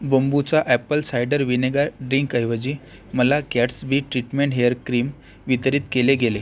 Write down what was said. बोंबुचा apple cider vinegar ड्रिंकऐवजी मला Gatsby treatment hair cream वितरित केले गेले